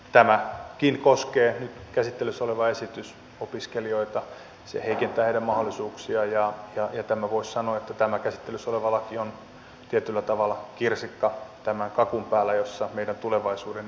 tämäkin nyt käsittelyssä oleva esitys koskee opiskelijoita se heikentää heidän mahdollisuuksiaan ja voisi sanoa että tämä käsittelyssä oleva laki on tietyllä tavalla kirsikka tämän kakun päällä jossa meidän tulevaisuutemme edellytyksiä heikennetään